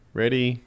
ready